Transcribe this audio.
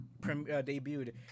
debuted